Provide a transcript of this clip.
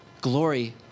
glory